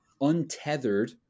untethered